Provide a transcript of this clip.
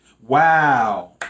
Wow